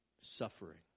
suffering